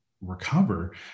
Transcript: recover